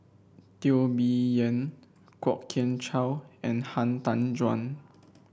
Teo Bee Yen Kwok Kian Chow and Han Tan Juan